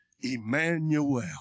Emmanuel